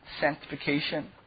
sanctification